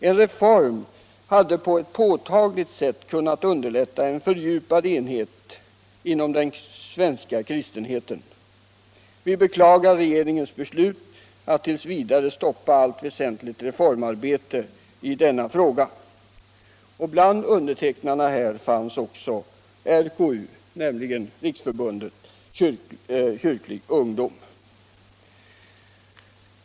En reform hade på ett påtagligt sätt kunnat underlätta en fördjupad enhet inom den svenska kristenheten. Vi beklagar regeringens beslut att tills vidare stoppa allt väsentligt reformarbete i denna fråga.” Bland undertecknarna fanns också Riksförbundet Kyrklig ungdom.